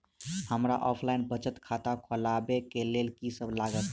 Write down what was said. हमरा ऑफलाइन बचत खाता खोलाबै केँ लेल की सब लागत?